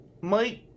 Mike